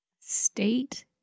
State